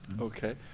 Okay